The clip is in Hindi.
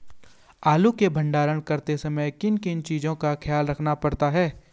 आलू के भंडारण करते समय किन किन चीज़ों का ख्याल रखना पड़ता है?